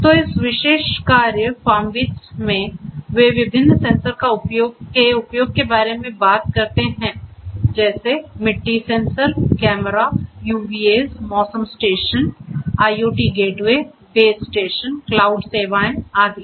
तो इस विशेष कार्य FarmBeats में वे विभिन्न सेंसर के उपयोग के बारे में बात करते हैं जैसे मिट्टी सेंसर कैमरा UVAs मौसम station IoT gateway base station cloud सेवाएं आदि